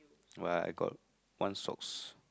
what I got one socks